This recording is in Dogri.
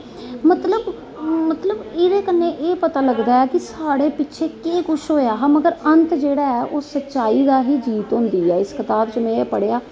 मतलब एहदे कन्ने एह् पता लगदा ऐ कि साढ़े पिच्छे के कुछ होआ हा मगर अंत जेहड़ा ऐ ओह् सचाई दा ऐ सचाई दी गे जीत होंदी ऐ इस कताब च में पढ़ेआ